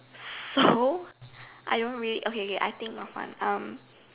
so I don't really okay okay I think of one um